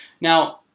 Now